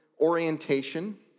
orientation